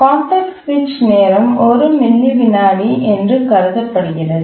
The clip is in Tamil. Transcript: கான்டெக்ஸ்ட் சுவிட்ச் நேரம் 1 மில்லி விநாடி என்று கருதப்படுகிறது